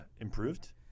improved